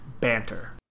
banter